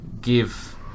give